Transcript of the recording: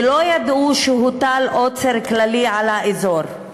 ולא ידעו שהוטל עוצר כללי על האזור.